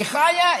היא חיה,